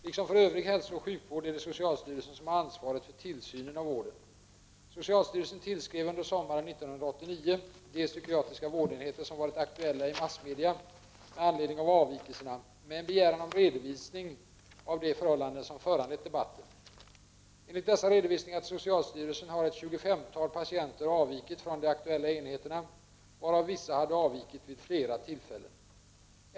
Liksom för övrig hälsooch sjukvård är det socialstyrelsen som har ansvaret för tillsynen över vården. Socialstyrelsen tillskrev under sommaren 1989 de psykiatriska vårdenheter som varit aktuella i massmedia med anledning av avvikelserna med en begäran om redovisning av de förhållanden som föranlett debatten. Enligt dessa redovisningar till socialstyrelsen har ett tjugofemtal patienter avvikit från de aktuella enheterna, varav vissa hade avvikit vid flera tillfällen.